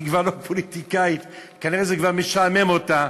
היא כבר לא פוליטיקאית, כנראה זה כבר משעמם אותה.